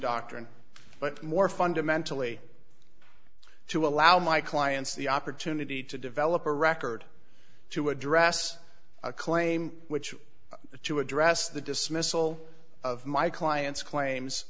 doctrine but more fundamentally to allow my clients the opportunity to develop a record to address a claim which to address the dismissal of my client's claims